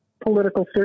political